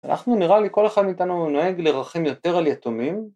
‫אנחנו נראה לי כל אחד מאיתנו ‫נוהג לרחם יותר על יתומים.